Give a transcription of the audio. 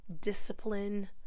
discipline